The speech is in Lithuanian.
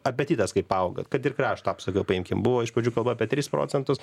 apetitas kaip auga kad ir krašto apsaugą paimkim buvo iš pradžių kalba apie tris procentus